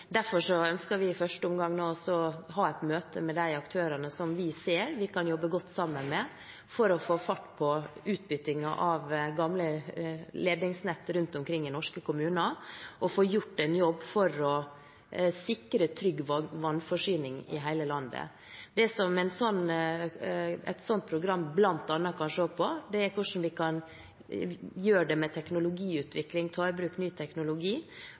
Derfor ønsker vi i første omgang nå å ha et møte med de aktørene som vi ser vi kan jobbe godt sammen med for å få fart på utbyttingen av det gamle ledningsnettet rundt omkring i norske kommuner, og få gjort en jobb for å sikre trygg vannforsyning i hele landet. Det som et slikt program bl.a. kan se på, er hvordan vi kan gjøre det, med teknologiutvikling og å ta i bruk ny teknologi,